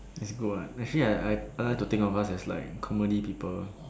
it's good what actually I I like to think of us as like comedy people